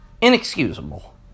inexcusable